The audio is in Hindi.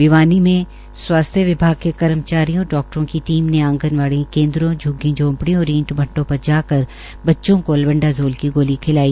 भिवानी में स्वास्थ्य विभाग के कर्मचारियों और डाकटरों की टीम ने आंगनवाड़ी ने झ्गी झोपड़ी और इंट भट्टों पर जा कर बच्चों एल्बेंडाजोंल की गोली खिलाई